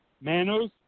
Manos